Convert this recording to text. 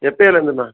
எப்பையிலருந்தும்மா